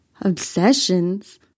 Obsessions